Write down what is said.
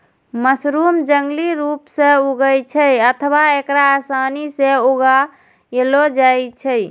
mushroom जंगली रूप सं उगै छै अथवा एकरा आसानी सं उगाएलो जाइ छै